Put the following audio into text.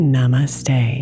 Namaste